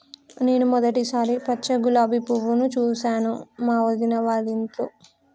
నేను మొదటిసారి పచ్చ గులాబీ పువ్వును చూసాను మా వదిన వాళ్ళింట్లో